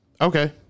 Okay